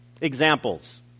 Examples